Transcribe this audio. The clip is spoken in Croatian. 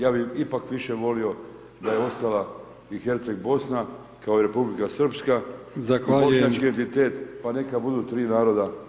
Ja bih ipak više volio da je ostala i Herceg Bosna, kao i Republika Srpska [[Upadica: Zahvaljujem]] i bošnjački enditet, pa neka budu 3 naroda…